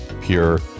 pure